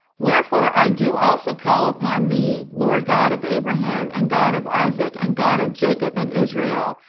wherefore i do also call upon thee. lord god of abraham, and god of isaac, and god of jacob and israel,